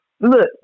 Look